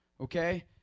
okay